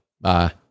Bye